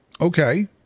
Okay